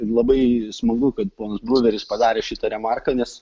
labai smagu kad ponas bruveris padarė šitą remarką nes